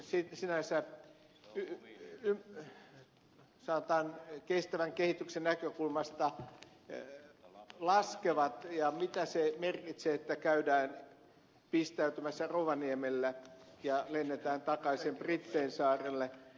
sen joulupukin luona käymisen sanotaan kestävän kehityksen näkökulmasta laskevat ja mitä se merkitsee että käydään pistäytymässä rovaniemellä ja lennetään takaisin brittein saarille